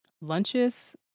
lunches